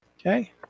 Okay